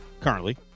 currently